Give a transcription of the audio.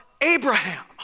Abraham